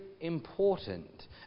important